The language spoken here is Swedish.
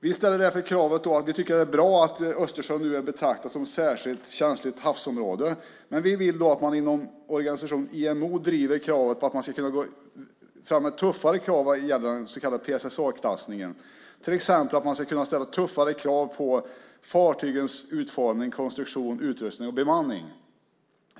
Vi tycker att det är bra att Östersjön nu betraktas som ett särskilt känsligt havsområde, men vi vill att man inom organisationen IMO driver tuffare krav vad gäller den så kallade PSSA-klassningen. Man ska till exempel kunna ställa tuffare krav på fartygens utformning, konstruktion, utrustning och bemanning.